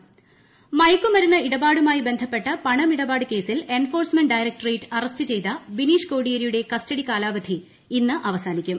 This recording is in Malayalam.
ബിനീഷ് കോടിയേരി മയക്കുമരുന്ന് ഇടപാടുമായി ബന്ധപ്പെട്ട പണമിടപാട് കേസിൽ എൻഫോഴ്സ്മെന്റ് ഡയറക്ടറേറ്റ് അറസ്റ്റ് ചെയ്ത ബിനീഷ് കോടിയേരിയുടെ കസ്റ്റഡി കാലാവധി ഇന്ന് അവസാനിക്കും